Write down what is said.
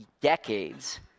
decades